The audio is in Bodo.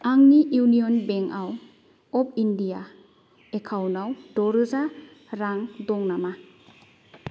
आंनि इउनियन बेंक अफ इण्डिया एकाउन्टाव द' रोजा रां दं नामा